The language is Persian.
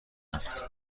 است